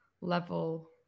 level